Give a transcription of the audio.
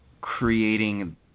creating